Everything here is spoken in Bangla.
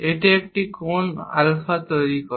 এটি একটি কোণ আলফা তৈরি করে